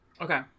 Okay